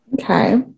Okay